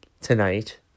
tonight